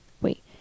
Wait